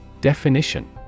Definition